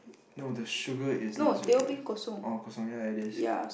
no the sugar is not zero calories oh kosong ya it is